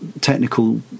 technical